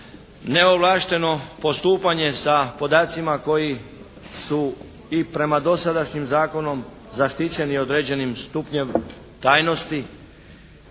neovlašteno postupanje sa podacima koji su i prema dosadašnjem zakonu zaštićeni određenim stupnjem tajnosti,